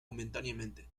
momentáneamente